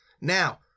Now